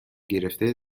گرفته